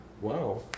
wow